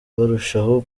barushaho